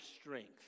strength